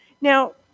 Now